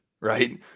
right